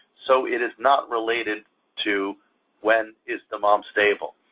so it is not related to when is the mom stable.